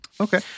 Okay